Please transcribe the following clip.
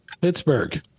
Pittsburgh